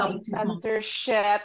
censorship